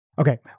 Okay